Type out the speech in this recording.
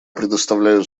предоставляю